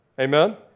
Amen